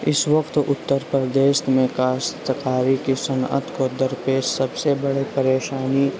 اس وقت اترپردیش میں کاشتکاری کی صنعت کو درپیش سب سے بڑی پریشانی